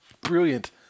brilliant